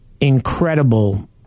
incredible